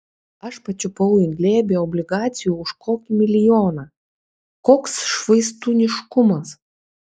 aš pačiupau į glėbį obligacijų už kokį milijoną koks švaistūniškumas